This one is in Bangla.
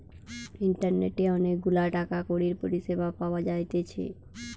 ইন্টারনেটে অনেক গুলা টাকা কড়ির পরিষেবা পাওয়া যাইতেছে